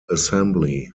assembly